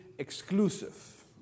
Exclusive